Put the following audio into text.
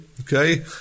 Okay